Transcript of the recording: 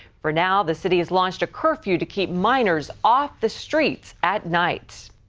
for now the city has launched a curfew to keep minors off the streets at nights.